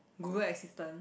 Google Assistant